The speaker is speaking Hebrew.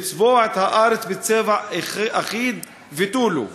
לצבוע את הארץ בצבע אחיד ותו לא.